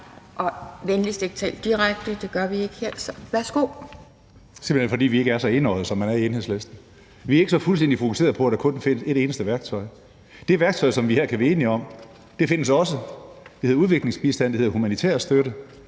Værsgo. Kl. 10:39 Karsten Hønge (SF): Det er simpelt hen, fordi vi ikke er så enøjede, som man er i Enhedslisten. Vi er ikke så fuldstændig fokuserede på, at der kun findes et eneste værktøj. Det værktøj, som vi her kan blive enige om, findes også, og det hedder udviklingsbistand, og det hedder humanitær støtte,